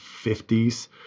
50s